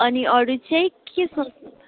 अनि अरू चाहिँ के छ